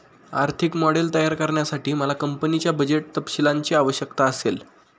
आर्थिक मॉडेल तयार करण्यासाठी मला कंपनीच्या बजेट तपशीलांची आवश्यकता असेल